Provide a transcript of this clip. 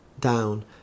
down